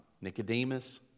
Nicodemus